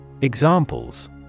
Examples